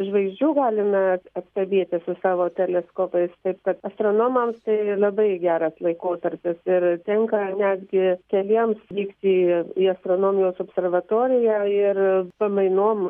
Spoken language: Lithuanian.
žvaigždžių galime atstebėti su savo teleskopais taip kad astronomams tai labai geras laikotarpis ir tinka netgi keliems vykti į astronomijos observatoriją ir pamainom